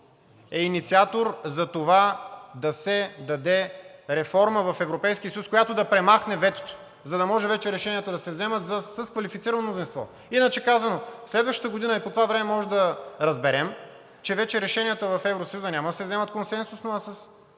е инициатор за това да се въведе реформа в Европейския съюз, която да премахне ветото, за да може вече решенията да се вземат с квалифицирано мнозинство. Иначе казано, следващата година, ей по това време, може да разберем, че решенията вече в Евросъюза няма да се вземат консенсусно, а с